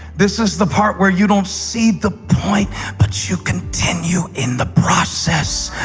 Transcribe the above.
this is the part where you don't see the point but you continue in the process.